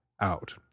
out